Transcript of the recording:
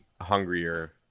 hungrier